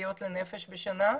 שקיות לנפש בשנה,